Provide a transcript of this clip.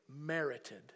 merited